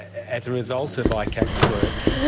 as a result of icac's work